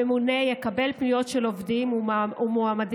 הממונה יקבל פניות של עובדים ומועמדים